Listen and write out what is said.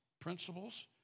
principles